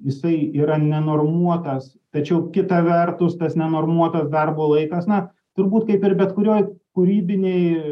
jisai yra nenormuotas tačiau kita vertus tas nenormuotas darbo laikas na turbūt kaip ir bet kurioj kūrybinėj